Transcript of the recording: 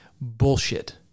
Bullshit